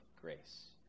grace